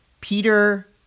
Peter